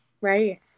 Right